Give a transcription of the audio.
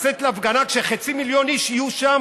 לצאת להפגנה כשחצי מיליון איש יהיו שם?